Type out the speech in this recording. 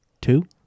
two